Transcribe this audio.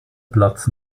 platz